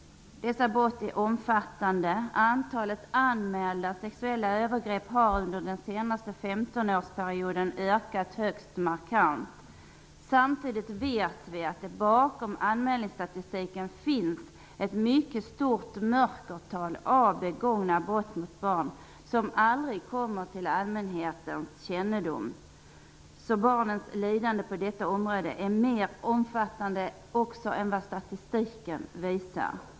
Dessa brott är omfattande. Antalet anmälda sexuella övergrepp har under den senaste 15-årsperioden ökat högst markant. Samtidigt vet vi att det bakom anmälningsstatistiken finns ett mycket stort mörkertal. Ett stort antal begångna brott mot barn kommer aldrig till allmänhetens kännedom. Barnens lidande på detta område är mer omfattande än vad statistiken visar.